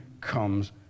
comes